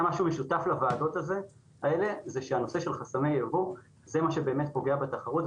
ניקח את הוועדות האלה --- חסמי יבוא זה מה שבאמת פוגע בתחרות,